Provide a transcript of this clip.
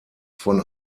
von